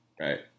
right